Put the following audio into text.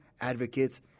advocates